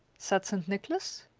said st. nicholas.